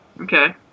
Okay